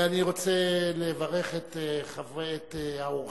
אני רוצה לברך את אורחי